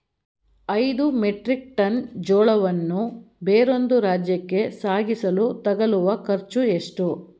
ಐದು metric tonne ಜೋಳವನ್ನು ಬೇರೊಂದು ರಾಜ್ಯಕ್ಕೆ ಸಾಗಿಸಲು ತಗಲುವ ಖರ್ಚು ಎಷ್ಟು?